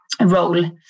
role